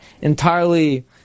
entirely